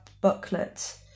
booklet